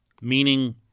meaning